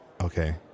Okay